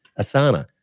Asana